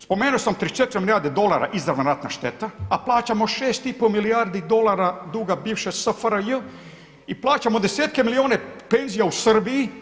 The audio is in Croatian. Spomenuo sam 34 milijarde dolara izravna ratna šteta a plaćamo 6,5 milijardi dolara bivše SFRJ i plaćamo desetke milijune penzija u Srbiji.